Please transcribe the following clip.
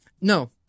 No